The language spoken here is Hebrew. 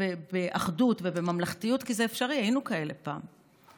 באחדות ובממלכתיות, כי זה אפשרי, היינו כאלה פעם.